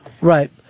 Right